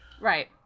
Right